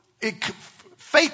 faith